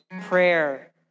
prayer